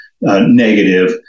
negative